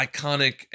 Iconic